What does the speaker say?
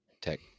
tech